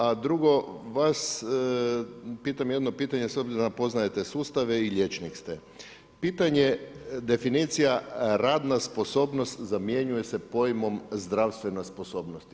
A drugo, vas pitam jedno pitanje s obzirom da poznajte sustave i liječnik ste, pitanje definicija radna sposobnost zamjenjuje se pojmom zdravstvena sposobnosti.